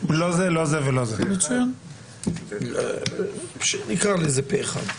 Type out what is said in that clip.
התקנות אושרו פה אחד.